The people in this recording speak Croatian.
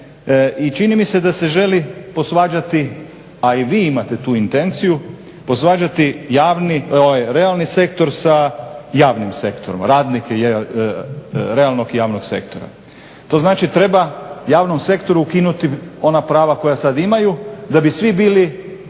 i čini mi se da se želi posvađati, a i vi imate tu intenciju, posvađati realni sektor sa javnim sektorom. Radnike realnog i javnog sektora. To znači treba javnom sektoru ukinuti ona prava koja sad imaju da bi svi bili